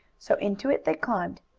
so into it they climbed.